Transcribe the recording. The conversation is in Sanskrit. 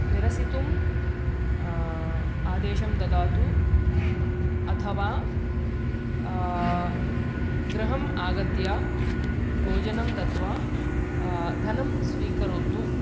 निरसितुम् आदेशं ददातु अथवा गृहम् आगत्य भोजनं दत्वा धनं स्वीकरोतु